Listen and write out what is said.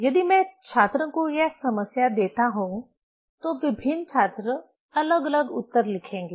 यदि मैं छात्रों को यह समस्या देता हूं तो विभिन्न छात्र अलग अलग उत्तर लिखेंगे